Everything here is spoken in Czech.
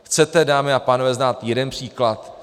Chcete, dámy a pánové, znát jeden příklad?